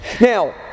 Now